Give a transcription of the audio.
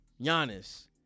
Giannis